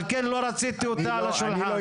על כן לא רציתי אותה על השולחן,